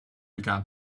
began